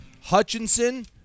Hutchinson